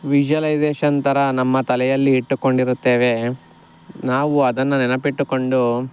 visualisation ಥರ ನಮ್ಮ ತಲೆಯಲ್ಲಿ ಇಟ್ಟುಕೊಂಡಿರುತ್ತೇವೆ ನಾವು ಅದನ್ನು ನೆನಪಿಟ್ಟುಕೊಂಡು